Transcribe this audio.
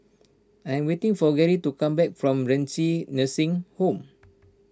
I'm waiting for Garry to come back from Renci Nursing Home